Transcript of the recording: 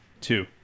two